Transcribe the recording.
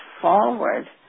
forward